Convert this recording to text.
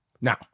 Now